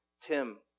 Tim